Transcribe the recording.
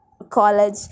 college